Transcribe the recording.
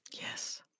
Yes